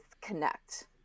connect